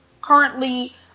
currently